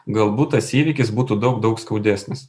galbūt tas įvykis būtų daug daug skaudesnis